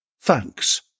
Thanks